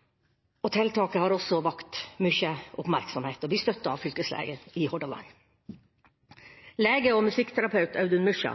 og beroligende tabletter. Tiltaket har også vakt mye oppmerksomhet og blir støttet av fylkeslegen i Hordaland. Lege og musikkterapeut Audun Myskja